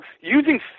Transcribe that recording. using